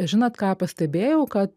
žinot ką pastebėjau kad